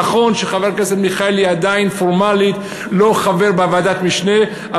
נכון שחבר הכנסת מיכאלי עדיין פורמלית לא חבר בוועדת המשנה,